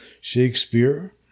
Shakespeare